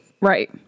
Right